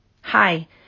Hi